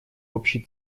общей